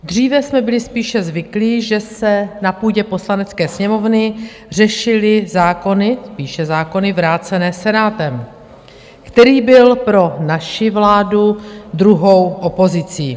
Dříve jsme byli spíše zvyklí, že se na půdě Poslanecké sněmovny řešily zákony spíše zákony vrácené Senátem, který byl pro naši vládu druhou opozicí.